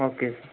okay